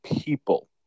people